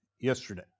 yesterday